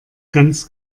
ganz